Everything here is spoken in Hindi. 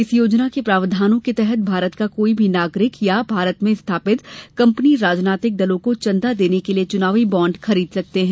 इस योजना के प्रावधानों के तहत भारत का कोई भी नागरिक अथवा भारतीय या भारत में स्थापित कंपनी राजनैतिक दलों को चंदा देने के लिए चुनावी बाँड खरीद सकते हैं